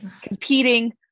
competing